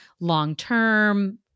long-term